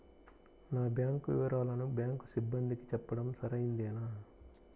నా బ్యాంకు వివరాలను బ్యాంకు సిబ్బందికి చెప్పడం సరైందేనా?